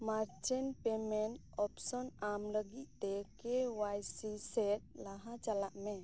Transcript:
merchant payment option ᱧᱟᱢ ᱞᱟᱹᱜᱤᱫ ᱛᱮ ᱠᱮ ᱚᱣᱟᱭ ᱥᱤ ᱥᱮᱫ ᱞᱟᱦᱟ ᱪᱟᱞᱟᱜ ᱢᱮ